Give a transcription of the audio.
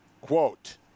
quote